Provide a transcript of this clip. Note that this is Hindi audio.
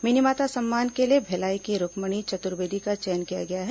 मिनीमाता सम्मान के लिए भिलाई की रूखमणी चतुर्वेदी का चयन किया गया है